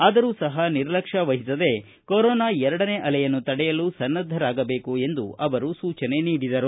ಆದರೂ ಸಹ ನಿರ್ಲಕ್ಷ್ಯ ವಹಿಸದೇ ಕೊರೊನಾ ಎರಡನೇ ಅಲೆಯನ್ನು ತಡೆಯಲು ಸನ್ನದ್ದರಾಗಬೇಕು ಎಂದು ಹೇಳಿದರು